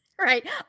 Right